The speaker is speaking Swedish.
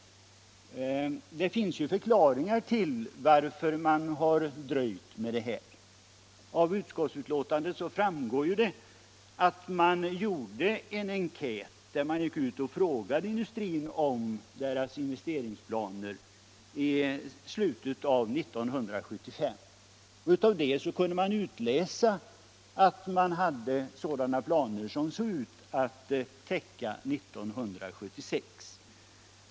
Det finns förklaringar till att detta beslut har dröjt. Av utskottsbetänkandet framgår att man i en enkät i slutet av 1975 frågade industrin om dess investeringsplaner. Av svaren kunde utläsas att industrin hade investeringsplaner som såg ut att täcka år 1976.